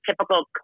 typical